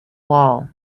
wall